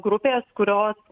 grupės kurios